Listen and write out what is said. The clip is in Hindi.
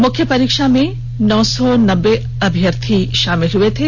मुख्य परीक्षा में नौ सौ नब्बे अभ्यर्थी षामिल हुए थे